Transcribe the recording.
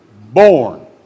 Born